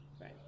right